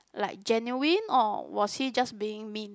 like genuine or was he just being mean